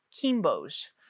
Kimbo's